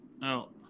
No